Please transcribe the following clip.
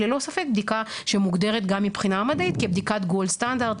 ללא ספק בדיקה שמוגדרת גם מבחינה מדעית כבדיקת gold standard,